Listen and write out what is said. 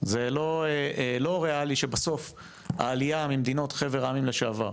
זה לא ריאלי שבסוף העלייה ממדינות חבר העמים לשעבר,